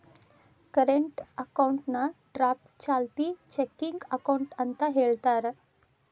current ಅಕೌಂಟ್ನಾ draft ಚಾಲ್ತಿ checking account ಅಂತ ಹೇಳ್ತಾರ